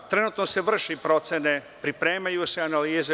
Trenutno se vrše procene, pripremaju se analize.